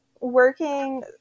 working